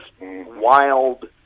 wild